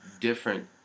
different